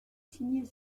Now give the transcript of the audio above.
signait